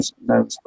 no